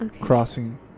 crossing